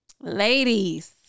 Ladies